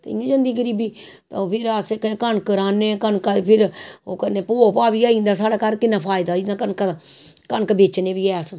ते इ'यां जंदी गरीबी ते फिर अस कनक राह्ने कनका गी फिर ओह् करने भौऽ भा बी होई जंदा साढ़ै घर किन्ना फायदा होई जंदा कनका दा कनक बेचनें बी है अस